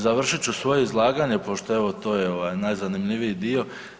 Završit ću svoje izlaganje pošto evo to je najzanimljiviji dio.